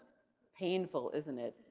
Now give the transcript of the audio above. painful, isn't it?